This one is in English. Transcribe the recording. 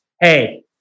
Hey